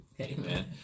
Amen